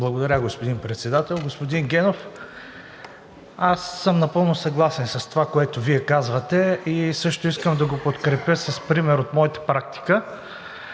Благодаря, господин Председател. Господин Генов, напълно съм съгласен с това, което Вие казвате. Също искам да го подкрепя с пример от моята практика.